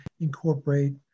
incorporate